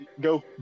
go